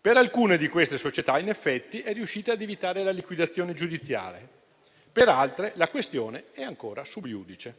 Per alcune di queste società, in effetti, è riuscita ad evitare la liquidazione giudiziale; per altre, la questione è ancora *sub iudice*.